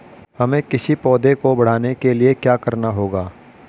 हमें किसी पौधे को बढ़ाने के लिये क्या करना होगा?